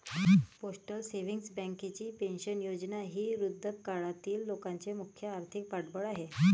postal savings बँकेची pension योजना ही वृद्धापकाळातील लोकांचे मुख्य आर्थिक पाठबळ आहे